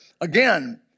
Again